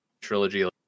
trilogy